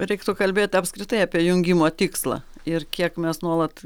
reiktų kalbėt apskritai apie jungimo tikslą ir kiek mes nuolat